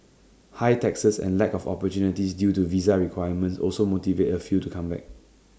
high taxes and lack of opportunities due to visa requirements also motivate A few to come back